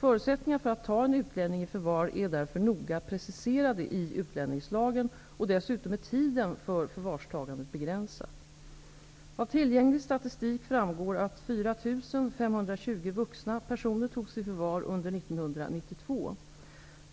Förutsättningarna för att ta en utlänning i förvar är därför noga preciserade i utlänningslagen, och dessutom är tiden för förvarstagandet begränsad. Av tillgänglig statistik framgår att 4 520 vuxna personer togs i förvar under 1992.